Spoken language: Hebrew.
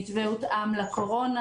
המתווה הותאם לקורונה.